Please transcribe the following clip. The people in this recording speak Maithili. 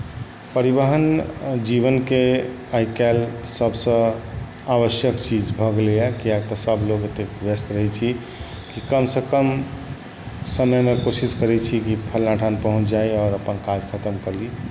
परिवहन जीवनकेँ आइ काल्हि सभसँ आवश्यक चीज भऽ गेलैए कियाक तऽ सभलोक एतेक व्यस्त रहैत छी कि कमसँ कम समयमे कोशिश करैत छी कि फलना ठाम पहुँच जाइ आओर अपन काज खतम कऽ ली